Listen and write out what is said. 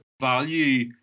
value